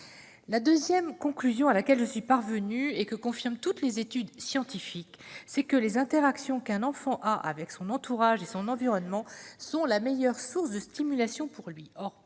La deuxième conclusion à laquelle je suis parvenue, et que confirment toutes les études scientifiques, c'est que les interactions d'un enfant avec son entourage et son environnement sont la meilleure source de stimulation pour lui.